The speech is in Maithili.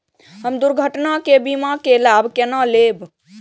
हम दुर्घटना के बीमा के लाभ केना लैब?